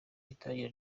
itangira